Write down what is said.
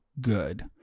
good